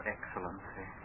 Excellency